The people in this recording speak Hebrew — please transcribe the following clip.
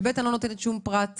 ואני לא נותנת שום פרט מזהה.